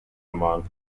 among